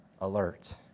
alert